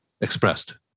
expressed